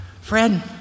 Fred